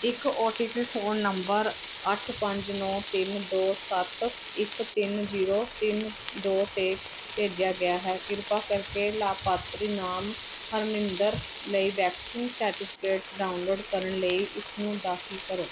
ਇੱਕ O T P phone number ਅੱਠ ਪੰਜ ਨੌਂ ਤਿੰਨ ਦੋ ਸੱਤ ਇੱਕ ਤਿੰਨ ਜੀਰੋ ਤਿੰਨ ਦੋ 'ਤੇ ਭੇਜਿਆ ਗਿਆ ਹੈ ਕਿਰਪਾ ਕਰਕੇ ਲਾਭਪਾਤਰੀ ਨਾਮ ਹਰਮਿੰਦਰ ਲਈ ਵੈਕਸੀਨ ਸਰਟੀਫਿਕੇਟ ਡਾਊਨਲੋਡ ਕਰਨ ਲਈ ਇਸਨੂੰ ਦਾਖਲ ਕਰੋ